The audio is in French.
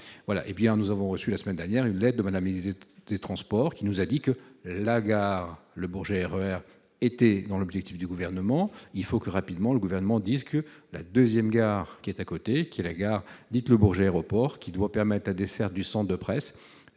voilà, hé bien, nous avons reçu la semaine dernière et l'aide de Madame étaient des transports qui nous a dit que la gare Le Bourget RER étaient dans l'objectif du gouvernement, il faut que, rapidement, le gouvernement disent que la 2ème gare qui est à côté de la gare, dites-le Bourget, aéroport, qui doit permettre à des serres du centre de presse